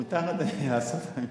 מותר, אדוני, לעשות?